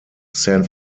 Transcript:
san